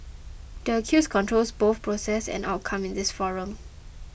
the accused controls both process and outcome in this forum